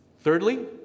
Thirdly